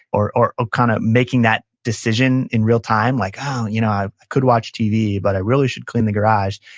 or or ah kind of making that decision in realtime like, oh, you know i could watch tv, but i really should clean the garage.